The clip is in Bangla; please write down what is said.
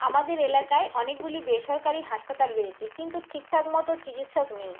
আমাদের এলাকায় অনেকগুলি বেসরকারি হাসপাতাল রয়েছে কিন্তু ঠিকঠাকমতো চিকিৎসক নেই